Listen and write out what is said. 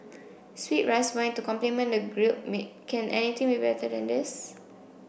sweet rice wine to complement the grilled meat can anything be better than this